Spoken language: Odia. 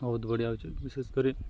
ବହୁତ ବଢ଼ିଆ ହେଉଛି ବିଶେଷ କରି